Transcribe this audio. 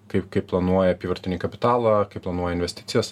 kaip kaip planuoja apyvartinį kapitalą kaip planuoja investicijas